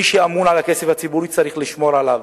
מי שאמון על כספי הציבור צריך לשמור עליהם.